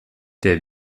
der